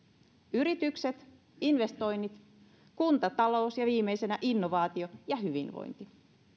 yritykset investoinnit kuntatalous ja viimeisenä innovaatio ja hyvinvointi